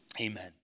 amen